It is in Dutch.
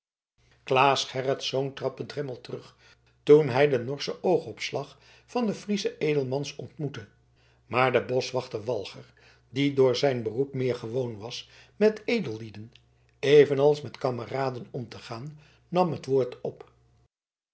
claes gerritsz trad bedremmeld terug toen hij den norschen oogopslag des frieschen edelmans ontmoette maar de boschwachter walger die door zijn beroep meer gewoon was met edellieden evenals met kameraden om te gaan nam het woord op